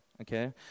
okay